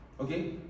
okay